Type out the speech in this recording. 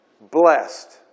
blessed